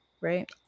right